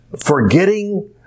forgetting